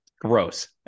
Gross